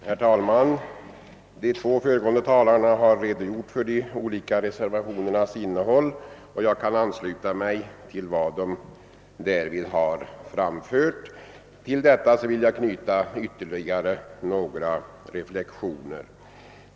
Herr talman! De båda föregående talarna har redogjort för de olika reservationernas innehåll, och jag kan ansluta mig till vad de därvid har framfört. Till detta vill jag knyta ytterligare några reflexioner.